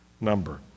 number